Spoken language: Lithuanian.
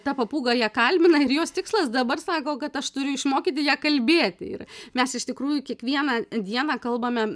ta papūga ją kalbina ir jos tikslas dabar sako kad aš turiu išmokyti ją kalbėti ir mes iš tikrųjų kiekvieną dieną kalbame